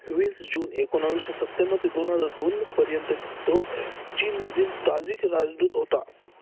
वीस जून एकोणविसशे सत्त्याण्णव ते दोन हजार दोनपर्यंत तो चीनमधील ताजिक राजदूत होता